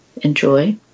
enjoy